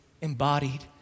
embodied